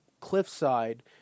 cliffside